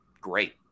great